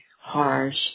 harsh